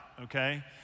okay